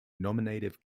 nominative